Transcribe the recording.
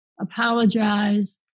apologize